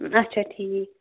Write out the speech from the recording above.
اچھا ٹھیٖک